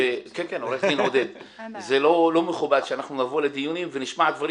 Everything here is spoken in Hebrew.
זה לא מכובד שאנחנו נבוא לדיונים ונשמע דברים